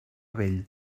vell